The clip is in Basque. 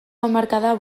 hamarkada